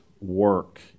work